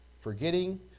forgetting